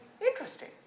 Interesting